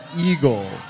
eagle